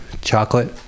chocolate